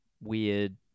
weird